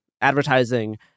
advertising